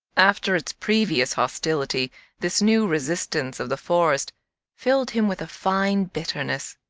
after its previous hostility this new resistance of the forest filled him with a fine bitterness.